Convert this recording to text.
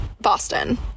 boston